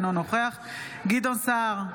אינו נוכח גדעון סער,